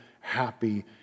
happy